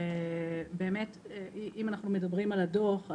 אם אנחנו מדברים על הדוח,